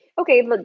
okay